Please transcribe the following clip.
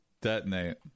detonate